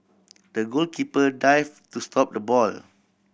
the goalkeeper dive to stop the ball